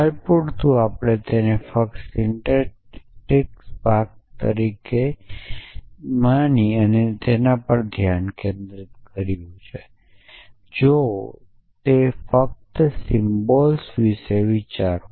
હાલ પૂરતું આપણે ફક્ત સિન્ટેક્સ ભાગ પર ધ્યાન કેન્દ્રિત કર્યું છે તેથી જો ફક્ત સિમ્બલ્સ વિશે વિચારો